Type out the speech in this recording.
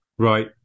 Right